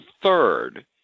third